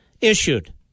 issued